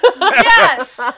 Yes